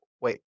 wait